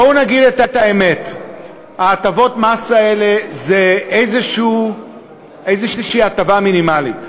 בואו נגיד את האמת: הטבות המס האלה הן איזו הטבה מינימלית.